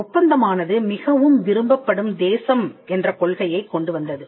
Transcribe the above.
ஒப்பந்தமானது மிகவும் விரும்பப்படும் தேசம் என்ற கொள்கையைக் கொண்டுவந்தது